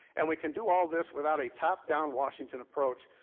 and we can do all this without a top-down washington approach,